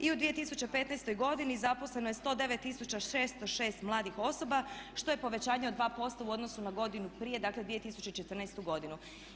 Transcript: U 2015. godini zaposleno je 109 606 mladih osoba, što je povećanje od 2% u odnosu na godinu prije, dakle 2014. godinu.